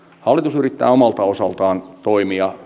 hallitus yrittää omalta osaltaan toimia